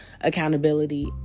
accountability